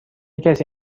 کسی